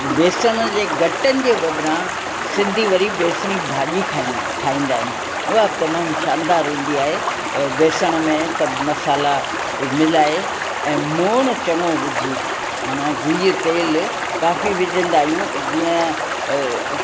बेसण जे घटनि जे बदिरां सिंधी वरी बेसिणी भाॼी खाईंदा आहिनि ठाहींदा आहिनि उहा बि तमामु शानदारु हुंदी आहे व बेसण में सभु मसाला मिलाए ऐं मोण चङो विझी मना घी तेलु काफ़ी विझंदा आहियूं जीअं